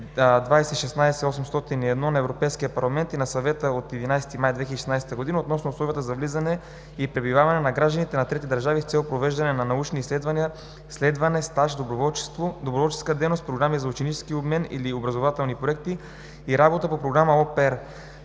на Европейския парламент и на Съвета от 11 май 2016 г. относно условията за влизане и пребиваване на граждани на трети държави с цел провеждане на научни изследвания, следване, стаж, доброволческа дейност, програми за ученически обмен или образователни проекти и работа по програми „au